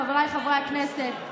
חבריי חברי הכנסת,